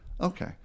okay